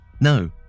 No